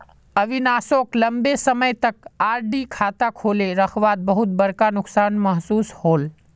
अविनाश सोक लंबे समय तक आर.डी खाता खोले रखवात बहुत बड़का नुकसान महसूस होल